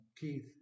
Keith